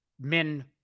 men